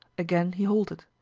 again he halted,